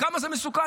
כמה זה מסוכן,